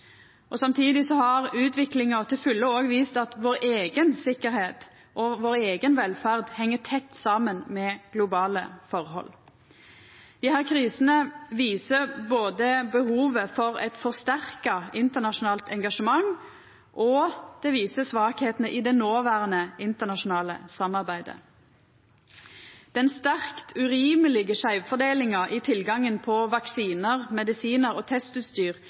Samtidig har utviklinga til fulle òg vist at vår eiga sikkerheit og vår eiga velferd heng tett saman med globale forhold. Desse krisene viser både behovet for eit forsterka internasjonalt engasjement og svakheitene i det noverande internasjonale samarbeidet. Den sterkt urimelege skeivfordelinga i tilgangen på vaksinar, medisinar og testutstyr